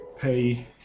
pay